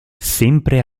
sempre